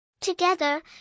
Together